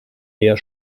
eher